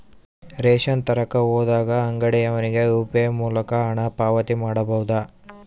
Ration ತರಕ ಹೋದಾಗ ಅಂಗಡಿಯವನಿಗೆ ಯು.ಪಿ.ಐ ಮೂಲಕ ಹಣ ಪಾವತಿ ಮಾಡಬಹುದಾ?